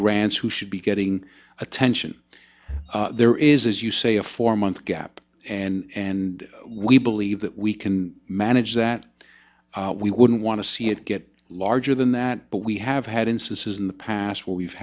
grants who should be getting attention there is as you say a four month gap and we believe that we can manage that we wouldn't want to see it get larger than that but we have had instances in the past where we've